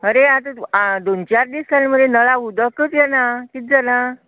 अरे आज आतां दोन चार दीस जाले मरे नळाक उदकच येना कितें जालां